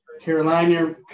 Carolina